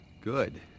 Good